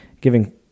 giving